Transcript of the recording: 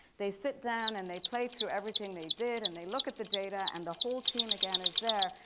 they sit down and they play through everything they did and they look at the data, and the whole team again is there.